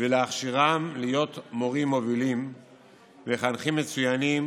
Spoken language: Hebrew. ולהכשירם להיות מורים מובילים ומחנכים מצוינים